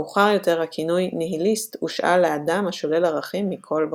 מאוחר יותר הכינוי "ניהיליסט" הושאל לאדם השולל ערכים מכל וכל.